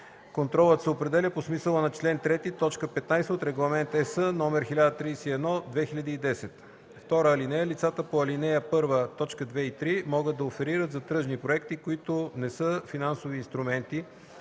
контролът се определя по смисъла на чл. 3, т. 15 от Регламент (ЕС) № 1031/2010. (2) Лицата по ал. 1, т. 2 и 3 могат да оферират за тръжни проекти, които не са финансови инструменти,